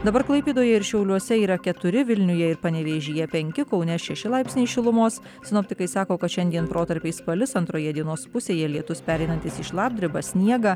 dabar klaipėdoje ir šiauliuose yra keturi vilniuje ir panevėžyje penki kaune šeši laipsniai šilumos sinoptikai sako kad šiandien protarpiais palis antroje dienos pusėje lietus pereinantis į šlapdribą sniegą